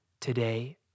today